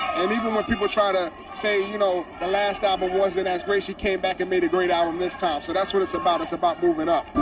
and even when people try to say, you know, the last album wasn't as great, she came back and made a great album this time. so that's what it's about. it's about moving up.